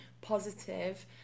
positive